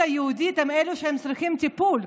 ומחפשים את הזהות היהודית הם אלה שצריכים טיפול,